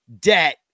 debt